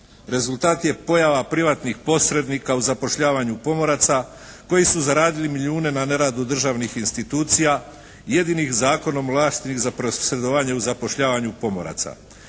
Rezultat je pojava privatnih posrednika u zapošljavanju pomoraca koji su zaradili milijune na neradu državnih institucija. Jedini … /Govornik se ne razumije./ … za posredovanje u zapošljavanju pomoraca.